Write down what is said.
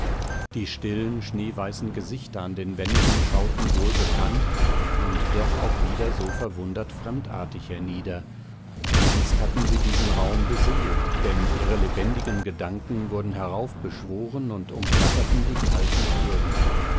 die stillen schneeweißen gesichter an den wänden schauten wohlbekannt und doch auch wieder so verwundert fremdartig hernieder einst hatten sie diesen raum beseelt denn ihre lebendigen gedanken wurden heraufbeschworen und umflatterten die kalten stirnen